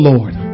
Lord